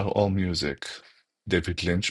באתר AllMusic דייוויד לינץ',